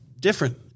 different